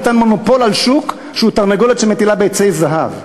ניתן מונופול על שוק שהוא תרנגולת שמטילה ביצי זהב.